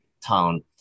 town